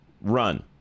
Run